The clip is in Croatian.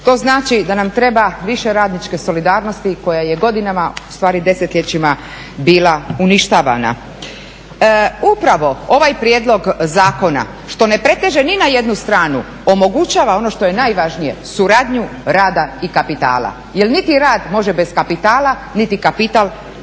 To znači da nam treba više radničke solidarnosti koja je godinama, ustvari desetljećima bila uništavana. Upravo ovaj prijedlog zakona što ne preteže ni na jednu stranu omogućava ono što je najvažnije, suradnju rada i kapitala jer niti rad može bez kapitala, niti kapital ne može